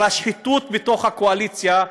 אבל השחיתות בתוך הקואליציה,